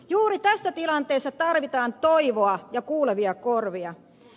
juuri tässä tilanteessa tarvitaan toivoa ja kuulevia korvia